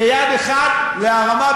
כיד אחת להרמה,